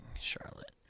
Charlotte